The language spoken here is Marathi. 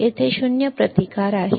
तेथे शून्य प्रतिकार आहे